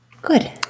Good